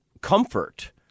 comfort